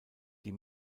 die